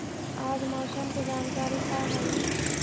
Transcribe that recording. आज मौसम के जानकारी का हई?